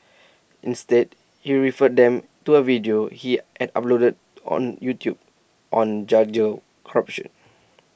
instead he referred them to A video he had uploaded on YouTube on corruption